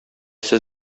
сез